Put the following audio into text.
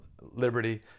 Liberty